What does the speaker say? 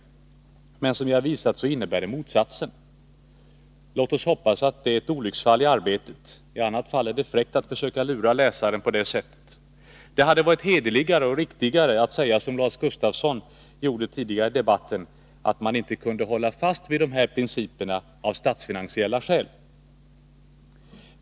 Men som jag har visat innebär det motsatsen. Låt oss hoppas att detta är ett olycksfall i arbetet. I annat fall är det fräckt att försöka lura läsaren på det sättet. Det hade varit hederligare och riktigare att säga som Lars Gustafsson sade tidigare i debatten — att man inte kunde hålla fast vid dessa principer av statsfinansiella skäl.